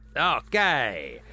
Okay